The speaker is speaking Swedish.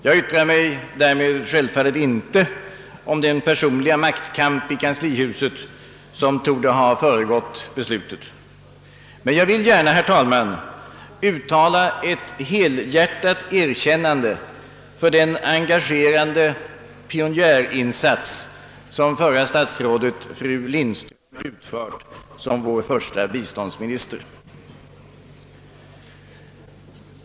Jag yttrar mig därmed självfallet inte om den personliga maktkamp i kanslihuset som torde ha föregått beslutet. Men jag vill gärna, herr talman, uttala ett helhjärtat erkännan de av den engagerande pionjärinsats som förra statsrådet fru Lindström utfört som vår första biståndsminister.